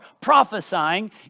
prophesying